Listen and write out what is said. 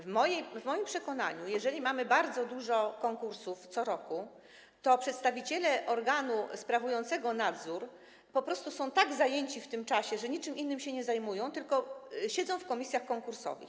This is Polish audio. W moim przekonaniu, jeżeli mamy bardzo dużo konkursów co roku, to przedstawiciele organu sprawującego nadzór po prostu są tak zajęci w tym czasie, że niczym innym się nie zajmują, tylko siedzą w komisjach konkursowych.